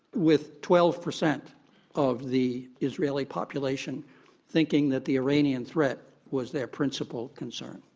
with twelve percent of the israeli population thinking that the iranian threat was their principal concern.